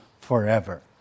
forever